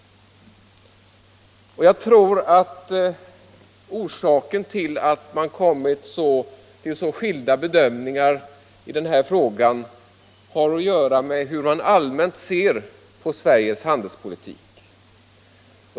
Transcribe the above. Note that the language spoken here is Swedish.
Jag tror att orsaken till att man har kommit till så skilda bedömningar i den här frågan har att göra med hur man allmänt ser på Sveriges handelspolitik.